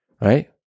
right